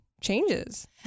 changes